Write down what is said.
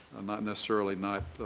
not necessarily not